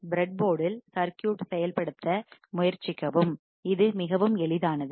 bread போர்டில் circuit செயல்படுத்த முயற்சிக்கவும் இது மிகவும் எளிதானது